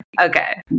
Okay